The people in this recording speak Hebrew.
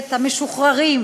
והחיילת המשוחררים